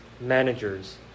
managers